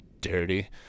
dirty